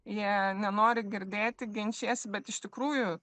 jie nenori girdėti ginčijasi bet iš tikrųjų